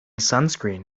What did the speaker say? sunscreen